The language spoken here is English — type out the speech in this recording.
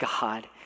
God